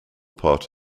part